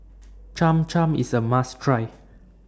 Cham Cham IS A must Try